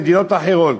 למדינות אחרות.